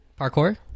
Parkour